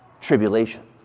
tribulation